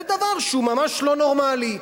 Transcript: זה דבר שהוא ממש לא נורמלי.